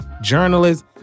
journalists